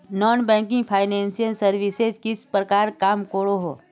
Non banking financial services किस प्रकार काम करोहो?